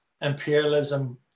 imperialism